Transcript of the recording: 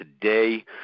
today